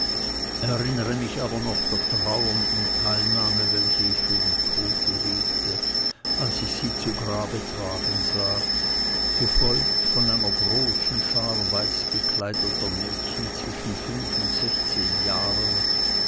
erinnere mich aber noch der trauernden teilnahme welche ich für die tote hegte als ich sie zu grabe tragen sah gefolgt von einer großen schar weißgekleideter mädchen zwischen fünf und sechszehn jahren